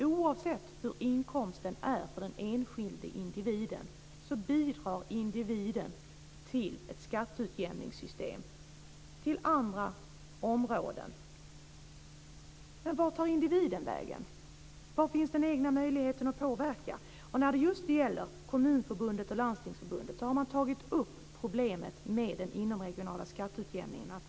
Oavsett hur inkomsten är för den enskilde individen bidrar individen till ett skatteutjämningssystem till förmån för andra områden. Vart tar individen vägen? Var finns den egna möjligheten att påverka? När det just gäller Kommunförbundet och Landstingsförbundet har man tagit upp problemet med den inomregionala skatteutjämningen.